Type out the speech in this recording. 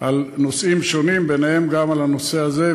על נושאים שונים, ובהם גם הנושא הזה.